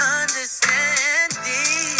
understanding